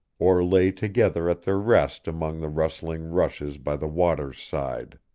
or lay together at their rest among the rustling rushes by the water's side.